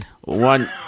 one